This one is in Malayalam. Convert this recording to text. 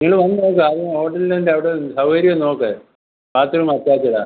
നിങ്ങൾ വന്ന് നോക്ക് ആദ്യം ഹോട്ടലിൻ്റവിടെ സൗകര്യം നോക്ക് ബാത് റൂം അറ്റാച്ച്ഡാ